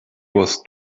was